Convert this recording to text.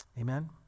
Amen